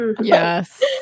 yes